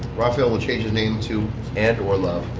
raphael will change his name to and orlove.